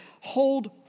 hold